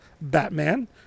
Batman